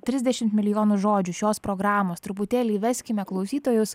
trisdešim milijonų žodžių šios programos truputėlį įveskime klausytojus